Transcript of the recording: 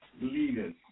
leaders